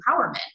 empowerment